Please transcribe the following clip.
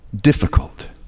difficult